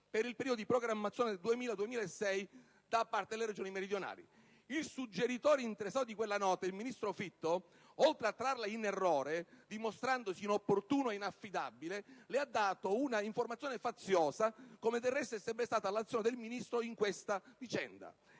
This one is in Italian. per il periodo di programmazione 2000-2006 da parte delle Regioni meridionali. Il suggeritore interessato di quella nota, il ministro Fitto, oltre a trarla in errore, dimostrandosi inopportuno e inaffidabile, le ha dato un'informazione faziosa, come del resto è sempre stata l'azione del Ministro in questa vicenda.